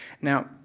Now